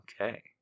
Okay